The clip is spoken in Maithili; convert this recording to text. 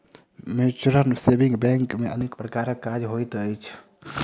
म्यूचुअल सेविंग बैंक मे अनेक प्रकारक काज होइत अछि